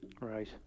Right